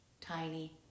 tiny